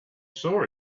saw